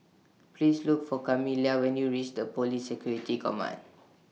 Please Look For Kamila when YOU REACH The Police Security Command